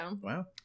wow